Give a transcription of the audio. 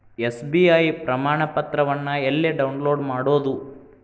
SBI ಪ್ರಮಾಣಪತ್ರವನ್ನ ಎಲ್ಲೆ download ಮಾಡೊದು?